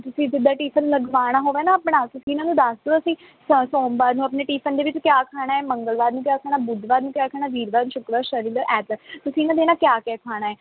ਤੁਸੀਂ ਜਿੱਦਾਂ ਟਿਫਨ ਲਗਵਾਉਣਾ ਹੋਵੇ ਨਾ ਆਪਣਾ ਤੁਸੀਂ ਇਹਨਾਂ ਨੂੰ ਦੱਸ ਦਿਉ ਅਸੀਂ ਸੋਮਵਾਰ ਨੂੰ ਆਪਣੇ ਟੀਫਿਨ ਦੇ ਵਿੱਚ ਕਿਆ ਖਾਣਾ ਮੰਗਲਵਾਰ ਨੂੰ ਕਿਆ ਖਾਣਾ ਬੁੱਧਵਾਰ ਨੂੰ ਕਿਆ ਖਾਣਾ ਵੀਰਵਾਰ ਸ਼ੁੱਕਰਵਾਰ ਸ਼ਨੀਵਾਰ ਐਤਵਾਰ ਤੁਸੀਂ ਇਹਨਾਂ ਦਿਨਾਂ ਕਿਆ ਕਿਆ ਖਾਣਾ ਹੈ